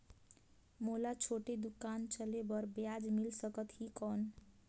मोला छोटे दुकान चले बर ब्याज मिल सकत ही कौन?